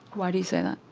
why do you say that?